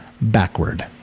backward